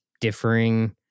differing